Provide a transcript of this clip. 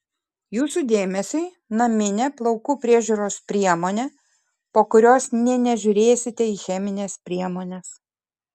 jūsų dėmesiui naminė plaukų priežiūros priemonė po kurios nė nežiūrėsite į chemines priemones